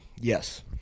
Yes